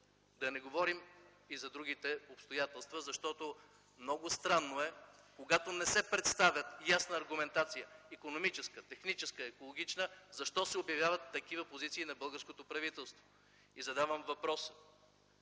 Да не говорим и за другите обстоятелства, защото много странно е, когато не се представя ясна аргументация – икономическа, техническа, екологична, защо се обявяват такива позиции на българското правителство. И задавам въпроса: